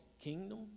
kingdom